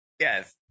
Yes